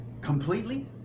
completely